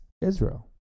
Israel